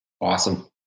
Awesome